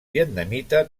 vietnamita